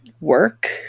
work